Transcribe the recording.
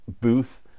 booth